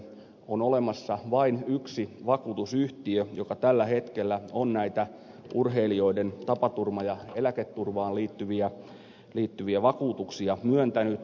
on olemassa vain yksi vakuutusyhtiö joka tällä hetkellä on näitä urheilijoiden tapaturma ja eläketurvaan liittyviä vakuutuksia myöntänyt